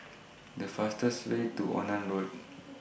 The fastest Way to Onan Road